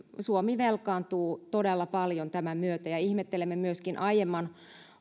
suomi velkaantuu todella paljon tämän myötä ja ihmettelemme myöskin aiemman